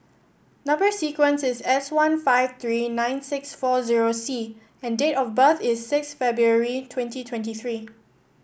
number sequence is S one five three nine six four zero C and date of birth is six February twenty twenty three